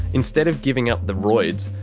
instead of giving up the roids,